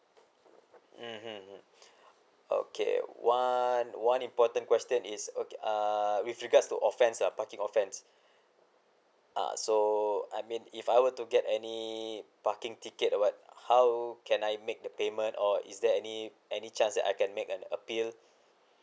mm mm mm okay one one important question is o~ err with regards to offence lah parking offence uh so I mean if I were to get any parking ticket what how can I make the payment or is there any any chance that I can make an appeal